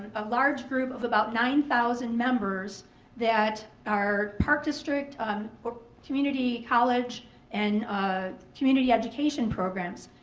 a large group of about nine thousand members that are park district or community college and ah community education programs.